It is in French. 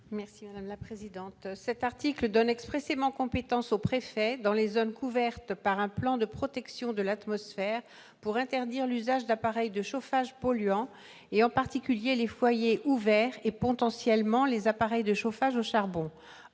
Mme Jacky Deromedi. L'article 21 E donne expressément compétence au préfet, dans les zones couvertes par un plan de protection de l'atmosphère, pour interdire l'usage d'appareils de chauffage polluants, en particulier les foyers ouverts et, potentiellement, les appareils de chauffage au charbon.